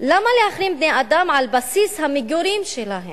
למה להכליל בני-אדם על בסיס המגורים שלהם?